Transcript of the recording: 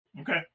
Okay